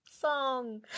song